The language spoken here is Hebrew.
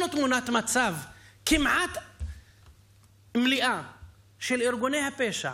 תמונת מצב כמעט מלאה של ארגוני הפשע,